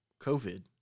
COVID